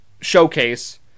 showcase